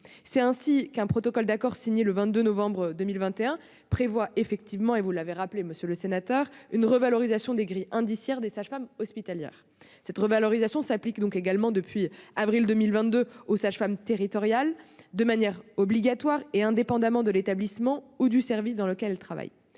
C'est ainsi qu'un protocole d'accord signé le 22 novembre 2021 prévoit une revalorisation des grilles indiciaires des sages-femmes hospitalières. Cette revalorisation s'applique également, depuis avril 2022, aux sages-femmes territoriales, de manière obligatoire, et indépendamment de l'établissement ou du service dans lequel elles travaillent.